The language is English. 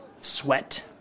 sweat